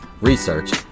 research